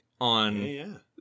on